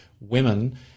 women